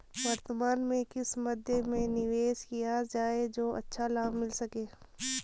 वर्तमान में किस मध्य में निवेश किया जाए जो अच्छा लाभ मिल सके?